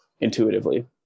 intuitively